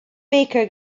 baker